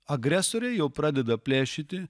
agresoriai jau pradeda plėšyti